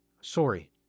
sorry